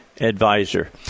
Advisor